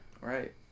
right